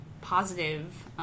positive